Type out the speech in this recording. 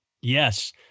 Yes